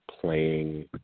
playing